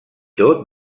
tot